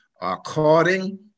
according